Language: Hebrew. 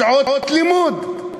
שעות לימוד,